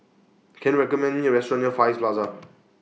Can YOU recommend Me A Restaurant near Far East Plaza